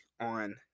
on